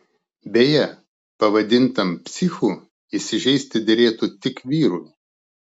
beje pavadintam psichu įsižeisti derėtų tik vyrui